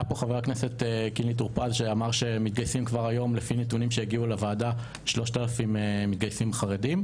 היה פה חבר הכנסת טור פז שאמר שמתגייסים כבר היום 3,000 מתגייסים חרדים,